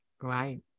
right